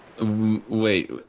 Wait